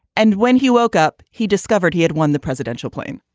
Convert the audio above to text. and when he woke up, he discovered he had won the presidential plane.